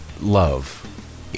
love